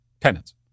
tenants